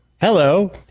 hello